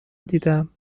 دیدم